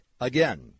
Again